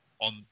on